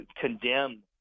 condemn